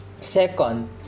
Second